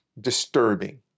disturbing